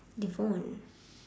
devon